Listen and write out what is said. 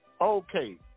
okay